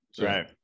right